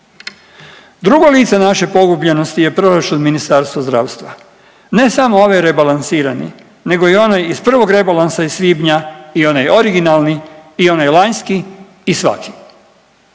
Drugo lice naše pogubljenosti je proračun Ministarstva zdravstva, ne samo ovaj rebalansirani nego i onaj iz prvog rebalansa iz svibnja i onaj originalni i onaj lanjski i svaki.